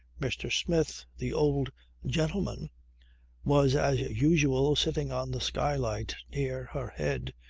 mr. smith the old gentleman was as usual sitting on the skylight near her head,